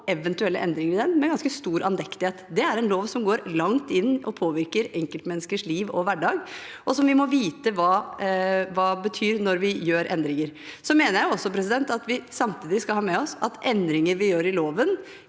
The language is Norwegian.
og eventuelle endringer i den med ganske stor andektighet. Det er en lov som går langt i å påvirke enkeltmenneskers liv og hverdag, og vi må vite hva det betyr når vi gjør endringer i den. Jeg mener også at vi samtidig skal ha med oss at endringer vi gjør i loven,